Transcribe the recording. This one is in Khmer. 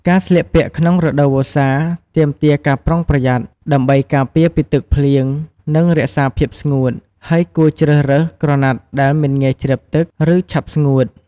ការស្លៀកពាក់ក្នុងរដូវវស្សា ទាមទារការប្រុងប្រយ័ត្នដើម្បីការពារពីទឹកភ្លៀង និងរក្សាភាពស្ងួត។ យើងគួរជ្រើសរើស ក្រណាត់ដែលមិនងាយជ្រាបទឹក ឬ ឆាប់ស្ងួត។